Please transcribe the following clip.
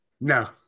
No